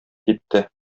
китте